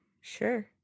Sure